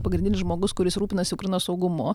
pagrindinis žmogus kuris rūpinasi ukrainos saugumu